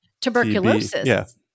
tuberculosis